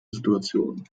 situation